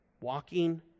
Walking